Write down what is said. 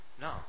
No